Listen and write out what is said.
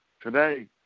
today